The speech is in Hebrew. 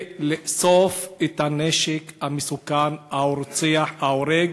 לאסוף את הנשק המסוכן, הרוצח, ההורג.